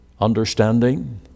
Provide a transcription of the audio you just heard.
understanding